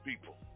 people